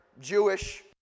Jewish